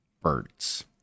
birds